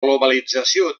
globalització